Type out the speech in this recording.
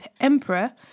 emperor